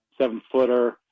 seven-footer